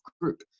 group